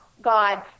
God